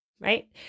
right